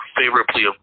favorably